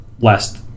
last